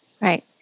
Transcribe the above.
Right